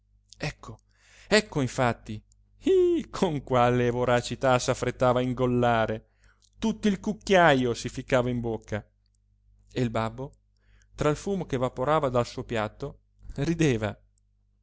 ecco ecco infatti ih con quale voracità s'affrettava a ingollare tutto il cucchiajo si ficcava in bocca e il babbo tra il fumo che vaporava dal suo piatto rideva